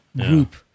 group